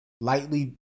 lightly